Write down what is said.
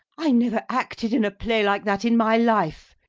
i never acted in a play like that in my life.